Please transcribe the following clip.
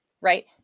right